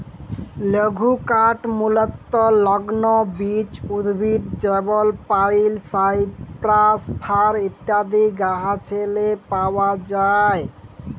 লঘুকাঠ মূলতঃ লগ্ল বিচ উদ্ভিদ যেমল পাইল, সাইপ্রাস, ফার ইত্যাদি গাহাচেরলে পাউয়া যায়